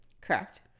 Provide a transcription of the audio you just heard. Correct